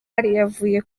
yavuye